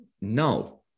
No